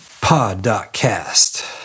pod.cast